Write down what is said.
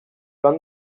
van